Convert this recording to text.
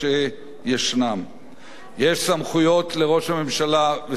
יש סמכויות לראש הממשלה ושר הביטחון ושר החוץ,